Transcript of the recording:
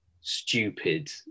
stupid